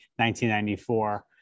1994